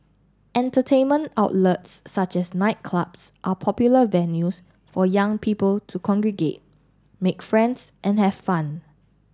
entertainment outlets such as nightclubs are popular venues for young people to congregate make friends and have fun